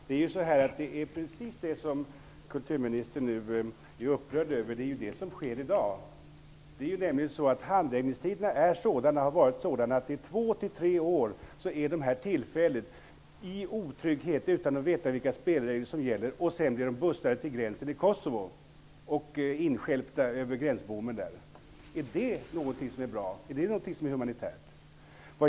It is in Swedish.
Herr talman! Kulturministern är upprörd över det som sker i dag. Handläggningstiderna är och har varit sådana att människor befinner sig i två tre år i otrygghet utan att få veta vilka spelregler som gäller -- för att sedan bli bussade till gränsen till Kosovo och instjälpta över gränsbommen. Är det humanitärt?